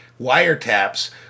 wiretaps